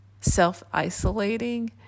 self-isolating